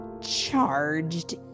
charged